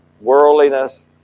worldliness